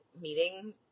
meeting